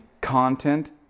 content